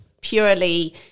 purely